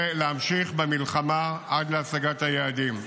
ולהמשיך במלחמה עד להשגת היעדים.